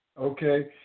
Okay